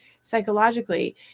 psychologically